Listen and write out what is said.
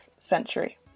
century